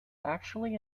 actually